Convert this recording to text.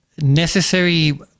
necessary